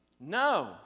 No